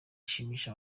ashimisha